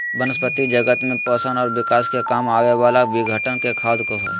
वनस्पती जगत में पोषण और विकास के काम आवे वाला विघटन के खाद कहो हइ